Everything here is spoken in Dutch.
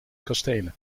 kastelen